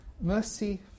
Mercy